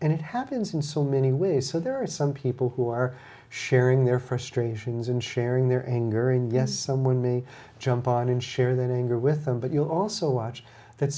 and it happens in so many ways so there are some people who are sharing their frustrations and sharing their anger and yes someone may jump on and share their anger with them but you also watch that